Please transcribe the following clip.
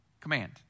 command